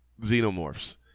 xenomorphs